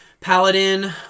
Paladin